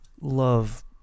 love